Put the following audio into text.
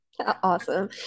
Awesome